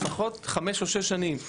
לפחות חמש או שש שנים,